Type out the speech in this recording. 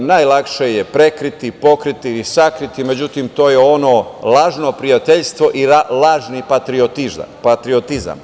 Najlakše je prekriti, pokriti i sakriti, međutim, to je ono lažno prijateljstvo i lažni patriotizam.